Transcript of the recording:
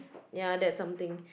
ya that's something